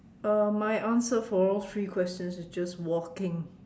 uh my answer for all three questions is just walking